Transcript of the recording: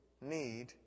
need